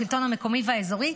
לשלטון המקומי והאזורי,